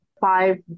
five